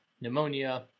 pneumonia